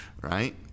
right